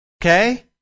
Okay